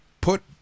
put